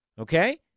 Okay